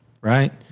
Right